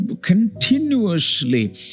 continuously